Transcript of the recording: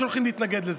שהולכים להתנגד לזה.